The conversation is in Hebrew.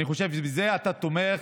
אני חושב שבזה אתה תומך,